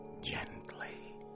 gently